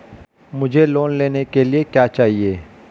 मुझे लोन लेने के लिए क्या चाहिए?